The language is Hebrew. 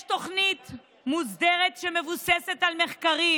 יש תוכנית מוסדרת שמבוססת על מחקרים,